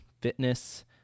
fitness